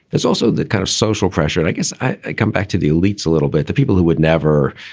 there's also that kind of social pressure. and i guess i come back to the elites a little bit, the people who would never,